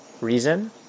reason